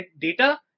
data